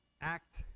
act